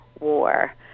War